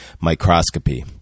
microscopy